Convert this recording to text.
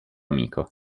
amico